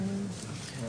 המצב הוא כזה,